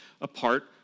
apart